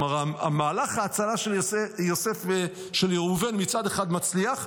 כלומר מהלך ההצלה של ראובן מצד אחד מצליח,